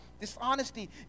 dishonesty